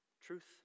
Truth